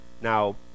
Now